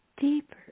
deeper